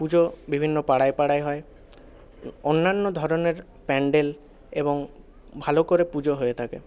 পুজো বিভিন্ন পাড়ায় পাড়ায় হয় অন্যান্য ধরণের প্যান্ডেল এবং ভালো করে পুজো হয়ে থাকে